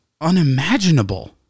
unimaginable